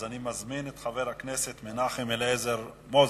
אז אני מזמין את חבר הכנסת מנחם אליעזר מוזס.